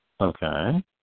Okay